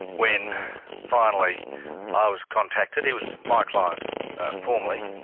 when finally i was contacted, he was my client formerly,